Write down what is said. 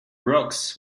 brookes